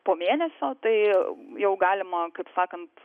po mėnesio tai jau galima kaip sakant